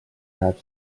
läheb